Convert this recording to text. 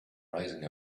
rising